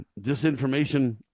disinformation